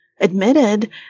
admitted